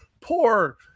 poor